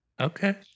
Okay